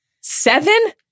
Seven